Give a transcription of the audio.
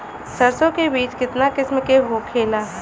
सरसो के बिज कितना किस्म के होखे ला?